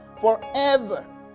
forever